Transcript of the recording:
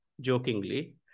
jokingly